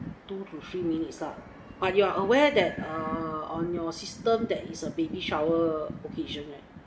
two to three minutes uh but you are aware that err on your system that is a baby shower occasion right